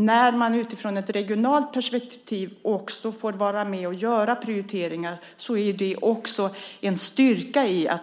När man utifrån ett regionalt perspektiv får vara med och göra prioriteringar är det också en styrka när det gäller